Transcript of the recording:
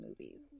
movies